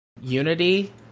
Unity